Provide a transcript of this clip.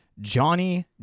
Johnny